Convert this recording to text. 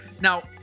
Now